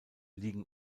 liegen